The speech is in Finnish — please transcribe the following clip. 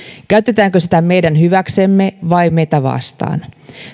käytetäänkö sitä meidän hyväksemme vai meitä vastaan